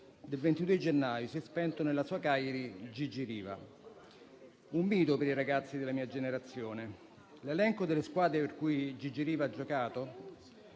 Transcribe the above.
del 22 gennaio: si è spento nella sua Cagliari Gigi Riva, un mito per i ragazzi della mia generazione. L'elenco delle squadre per cui Gigi Riva ha giocato